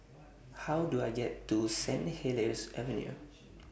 How Do I get to Saint Helier's Avenue